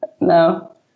No